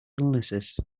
illnesses